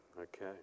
Okay